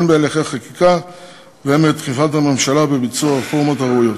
הן בהליכי חקיקה והן בדחיפת הממשלה לביצוע הרפורמות הראויות.